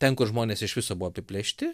ten kur žmonės iš viso buvo apiplėšti